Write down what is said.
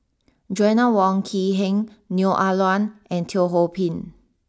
Joanna Wong Quee Heng Neo Ah Luan and Teo Ho Pin